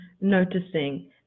noticing